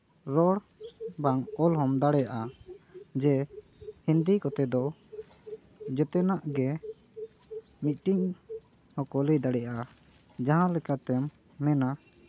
ᱨᱚᱲ ᱵᱟᱝ ᱚᱞ ᱦᱚᱢ ᱫᱟᱲᱮᱭᱟᱜᱼᱟ ᱡᱮ ᱦᱤᱱᱫᱤ ᱠᱚᱛᱮ ᱫᱚ ᱡᱮᱛᱮᱱᱟᱜ ᱜᱮ ᱢᱤᱫᱴᱮᱱ ᱦᱚᱸᱠᱚ ᱞᱟᱹᱭ ᱫᱟᱲᱮᱭᱟᱜᱼᱟ ᱡᱟᱦᱟᱸᱞᱮᱠᱟᱛᱮᱢ ᱢᱮᱱᱟ